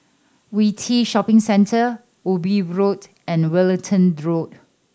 Yew Tee Shopping Centre Ubi Road and Wellington Road